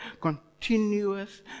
Continuous